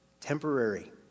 temporary